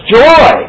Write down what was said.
joy